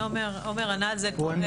עומר ענה על זה.